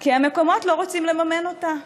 כי המקומות לא רוצים לממן אותה,